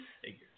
Figures